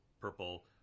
purple